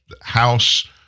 House